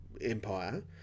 empire